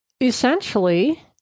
essentially